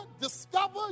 discover